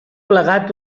plegat